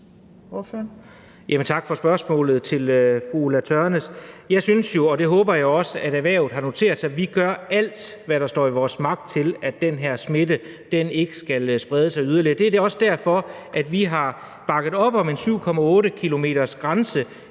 Tak for spørgsmålet til fru Ulla Tørnæs. Jeg synes jo – og det håber jeg også at erhvervet har noteret sig – at vi gør alt, hvad der står i vores magt, for at den her smitte ikke skal sprede sig yderligere. Det er også derfor, at vi har bakket op om en 7,8-kilometersgrænse